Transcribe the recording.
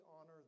honor